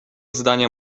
zdania